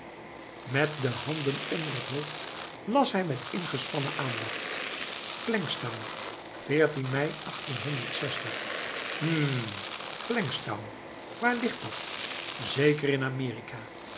met de handen onder het hoofd las hij met ingespannen aandacht klengstown mei hm klengstown waar ligt dat zeker in amerika